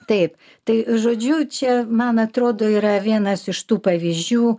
taip tai žodžiu čia man atrodo yra vienas iš tų pavyzdžių